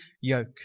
yoke